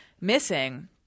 missing